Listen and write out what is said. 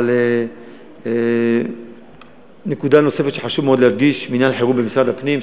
אבל נקודה נוספת שחשוב מאוד להדגיש: מינהל החירום במשרד הפנים,